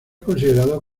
considerado